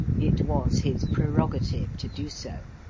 it was his prerogative to do so.